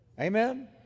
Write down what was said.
Amen